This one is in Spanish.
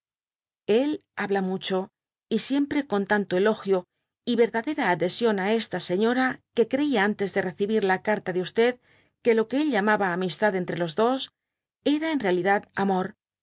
gafamente habla mucho y siempre coo tanta elogio y verdadera adhesión á esta señora que creí antes de recibir la carta de que lo que él llamaba amistad entre los dos era en realidad amor